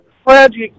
tragic